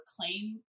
claim